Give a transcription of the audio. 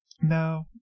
no